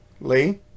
Lee